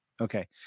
Okay